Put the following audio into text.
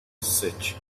search